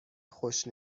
خوش